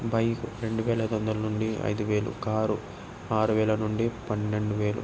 bike రెండు వేల ఐదు వందల నుండి ఐదు వేలు కారు ఆరు వేల నుండి పన్నెండు వేలు